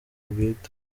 bwite